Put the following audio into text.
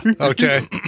okay